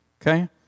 Okay